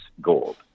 gold